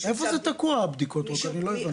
איפה זה תקוע הבדיקות רוק האלה, אני לא הבנתי.